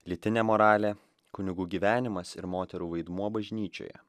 lytinė moralė kunigų gyvenimas ir moterų vaidmuo bažnyčioje